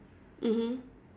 mmhmm